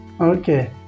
okay